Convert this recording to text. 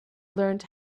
learned